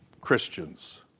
Christians